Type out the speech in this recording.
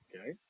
Okay